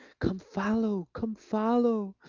come, follow come, follow,